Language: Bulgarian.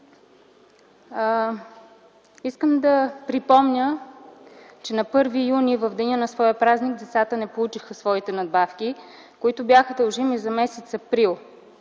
Искам да припомня, че на 1 юни, в деня на своя празник децата не получиха своите надбавки, които бяха дължими за м. април.